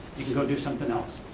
you can go do something else.